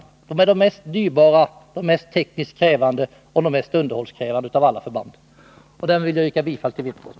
Pansarförband är de mest dyrbara och mest tekniskt krävande och mest underhållskrävande av alla förband. Jag ber med det anförda att få yrka bifall till motionen.